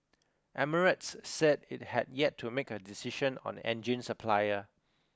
Emirates said it had yet to make a decision on engine supplier